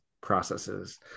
processes